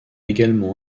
également